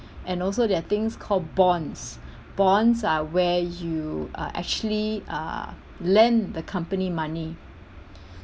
and also there are things called bonds bonds are where you uh actually uh lend the company money